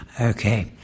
Okay